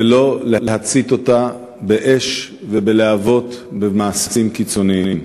ולא להצית אותה באש ובלהבות ובמעשים קיצוניים.